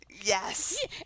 Yes